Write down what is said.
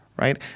Right